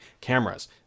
cameras